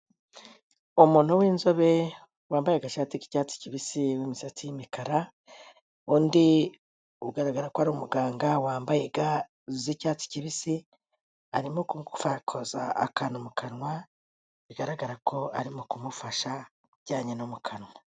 Umuntu w'inzobe wambaye agashati k'icyatsi kibisi n'imisatsi y'umukara, undi ugaragara ko ari umuganga wambaye ga z'icyatsi kibisi, arimo kumukoza akantu mu kanwa, bigaragara ko arimo kumufasha ku bijyanye no mu kanwa.